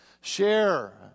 share